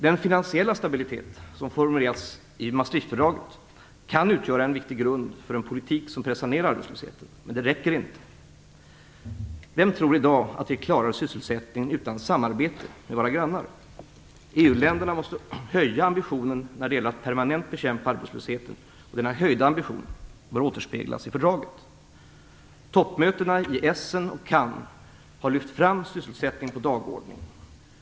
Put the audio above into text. Den finansiella stabilitet som formulerats i Maastrichtfördraget kan utgöra en viktig grund för en politik som pressar ner arbetslösheten. Men det räcker inte. Vem tror i dag att vi klarar sysselsättningen utan samarbete med våra grannar? EU-länderna måste höja ambitionen när det gäller att permanent bekämpa arbetslösheten, och denna höjda ambition bör återspeglas i fördraget. Toppmötena i Essen och i Cannes har lyft fram sysselsättningen på dagordningen.